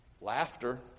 laughter